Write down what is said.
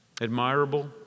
admirable